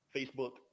Facebook